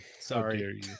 Sorry